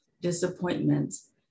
disappointments